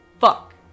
Fuck